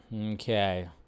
Okay